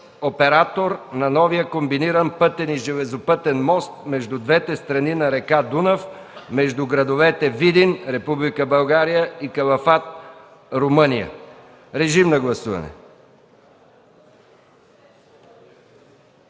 оператор на новия комбиниран (пътен и железопътен) мост между двете страни на река Дунав между градовете Видин (Република България) и Калафат (Румъния). Гласували